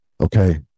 Okay